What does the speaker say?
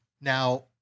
now